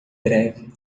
breve